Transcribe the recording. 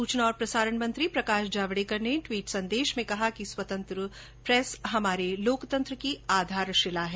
सूचना अर प्रसारण मंत्री प्रकाश जावड़ेकर आपरा ट्वीट संदेश माय कयो है कै स्वतंत्र प्रेस आपा रा लोकतंत्र री आधारशिला है